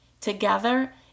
Together